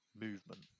movement